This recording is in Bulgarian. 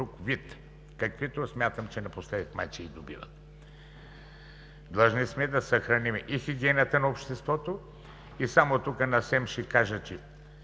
вид, каквито смятам, че напоследък май че и добиват. Длъжни сме да съхраним и хигиената на обществото. И тук на СЕМ ще кажа: